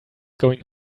going